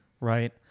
right